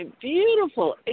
beautiful